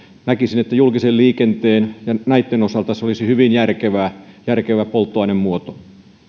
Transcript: näkisin että julkisen liikenteen ja näitten osalta se olisi hyvin järkevä polttoainemuoto